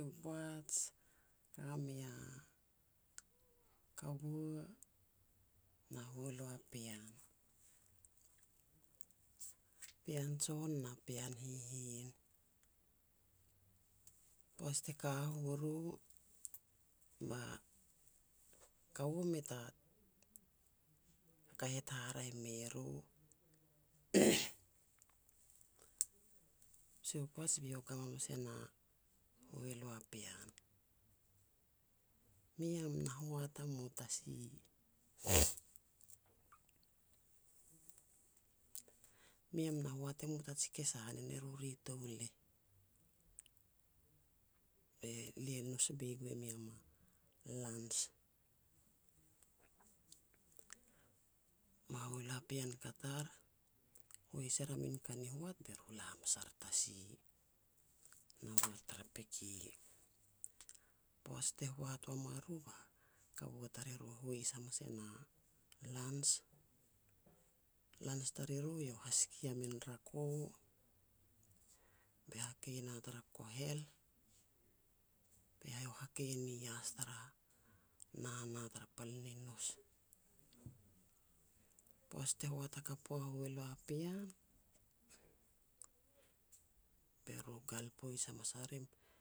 Sia poats, ka mei a kaua na hualu a pean, pean jon na pean hihin. Poaj te ka u ru ba kaua mei ta kahet haraeh me ru. Sia u poats be eiau e gam hamas e na a hualu a pean. "Mi yam na hoat mu i tasi, miam na hoat e mu taji kesa nen ru ri touleh, be lia nos boi e gue miam a lunch. Ba hualu a pean kat ar, hois er manka ni hoat be ru e la hamas ar i tasi, na hoat tara peke. Poats te hoat wam a ru, kaua tariru hois hamanas e na lunch, lans tariru, eiau hasiki a min rako, be hakei na tar kohel, be hakei ni yas tara nana tara pal ni nous. Poaj ti hoat hakap wam a hualu a pean, beru ngal hamas a rim